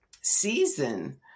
season